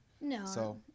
No